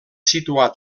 situat